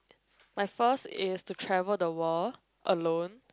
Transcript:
my first is to travel the world alone